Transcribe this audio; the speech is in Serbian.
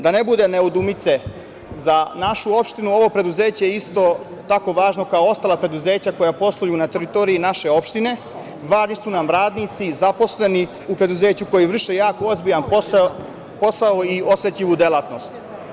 Da ne bude nedoumice, za našu opštinu ovo preduzeće je isto tako važno kao ostala preduzeća koja posluju na teritoriji naše opštine, važni su nam radnici i zaposleni u preduzeću koji vrše jako ozbiljan posao i osetljivu delatnost.